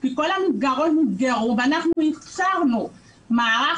כי כל המסגרות נסגרו ואנחנו אפשרנו מערך